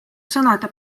sõnade